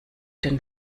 den